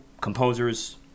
composers